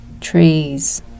trees